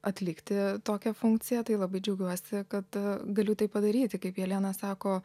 atlikti tokią funkciją tai labai džiaugiuosi kad galiu tai padaryti kaip jelena sako